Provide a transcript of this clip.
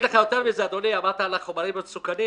יותר מזה אדוני, דיברת על חומרים מסוכנים?